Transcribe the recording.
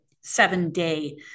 seven-day